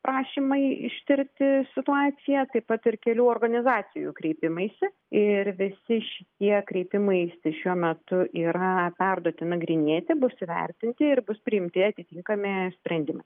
prašymai ištirti situaciją taip pat ir kelių organizacijų kreipimaisi ir visi šitie kreipimaisi šiuo metu yra perduoti nagrinėti bus įvertinti ir bus priimti atitinkami sprendimai